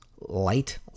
Light